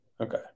Okay